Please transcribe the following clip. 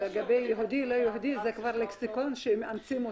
לגבי יהודי ולא יהודי, זה לקסיקון שמאמצים אותו.